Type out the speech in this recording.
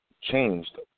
changed